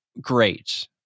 Great